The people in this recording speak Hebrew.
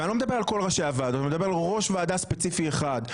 ואני לא מדבר על כל ראשי הוועדות אלא על ראש ועדה ספציפי אחד.